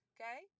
Okay